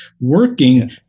working